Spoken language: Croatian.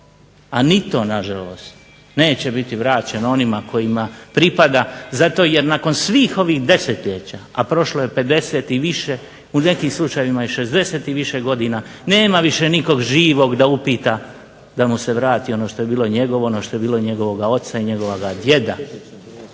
a ni to nažalost neće biti vraćeno onima kojima pripada zato jer nakon svih ovih desetljeća, a prošlo je 50 i više, u nekim slučajevima je 60 i više godina, nema više nikog živog da upita da mu se vrati ono što je bilo njegovo, ono što je bilo njegovoga oca i njegovoga djeda.